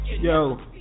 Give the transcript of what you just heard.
Yo